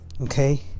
Okay